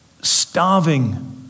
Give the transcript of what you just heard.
starving